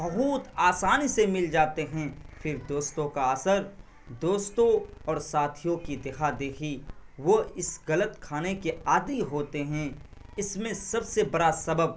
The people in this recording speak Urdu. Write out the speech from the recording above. بہت آسانی سے مل جاتے ہیں پھر دوستوں کا اثر دوستوں اور ساتھیوں کی دیکھا دیکھی وہ اس غلط کھانے کے عادی ہوتے ہیں اس میں سب سے بڑا سبب